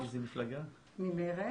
ממרצ